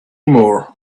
more